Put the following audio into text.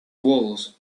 walls